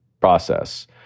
process